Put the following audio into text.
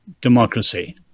democracy